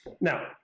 Now